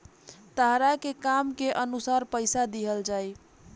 तहरा के काम के अनुसार पइसा दिहल जाइ